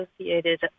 associated